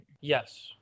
Yes